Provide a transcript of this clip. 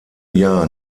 jahr